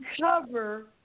cover